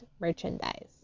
merchandise